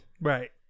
Right